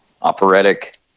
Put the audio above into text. operatic